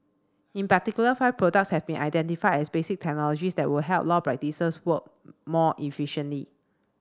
in particular five products have been identified as basic technologies that would help law practices work more efficiently